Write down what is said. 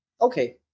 Okay